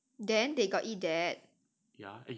then they got eat that